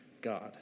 God